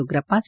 Ugrappa C